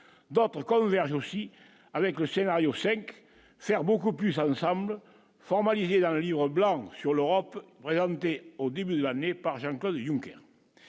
d'autres convergent aussi avec le scénario 5 faire beaucoup plus Southam formalisée dans le livre blanc sur l'Europe présenté au début de l'année par Jean-Claude Junker,